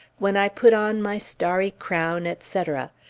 when i put on my starry crown, etc.